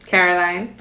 Caroline